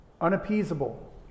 unappeasable